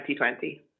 2020